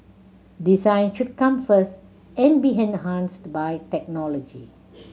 design should come first and be enhanced by technology